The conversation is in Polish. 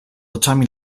oczami